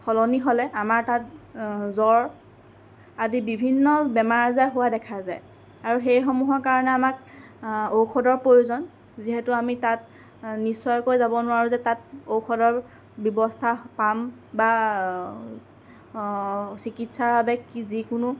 সলনি হ'লে আমাৰ তাত জ্বৰ আদি বিভিন্ন বেমাৰ আজাৰ হোৱা দেখা যায় আৰু সেইসমূহৰ কাৰণে আমাক ঔষধৰ প্ৰয়োজন যিহেতু আমি তাত নিশ্চয়কৈ যাব নোৱাৰোঁ যে তাত ঔষধৰ ব্যৱস্থা পাম বা চিকিৎসাৰ বাবে কি যিকোনো